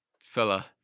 fella